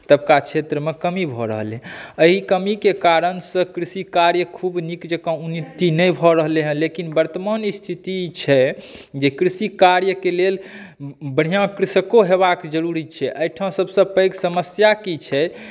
तबका क्षेत्रमे कमी भऽ रहलै अइ कमीके कारणसँ कृषी कार्य खुब नीक जकाँ उन्नति नहि भऽ रहलै हँ लेकिन वर्तमान स्थिति छै जे कृषी कार्यके लेल बढ़िऑं कृषको हेबाक जरुरी छी एहिठामसँ सभसँ पैघ समस्या की छै